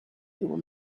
will